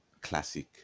classic